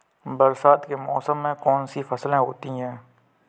बरसात के मौसम में कौन कौन सी फसलें होती हैं?